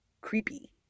creepy